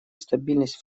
стабильность